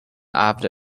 after